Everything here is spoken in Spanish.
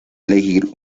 elegir